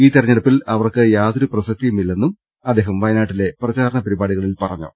ഈ തെരഞ്ഞെടുപ്പിൽ അവർക്ക് യാതൊരു പ്രസക്തിയുമില്ലെന്നും അദ്ദേഹം വയനാട്ടിലെ പ്രചാരണ പരിപാടികളിൽ പറഞ്ഞു